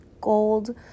gold